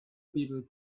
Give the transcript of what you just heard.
people